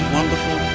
wonderful